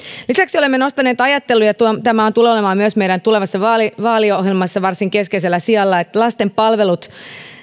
lisäksi olemme nostaneet ajattelua ja tämä tulee olemaan myös meidän tulevassa vaaliohjelmassamme varsin keskeisellä sijalla että lasten palvelut